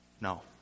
No